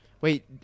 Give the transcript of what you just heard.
Wait